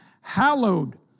hallowed